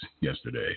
yesterday